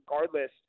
regardless